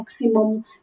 maximum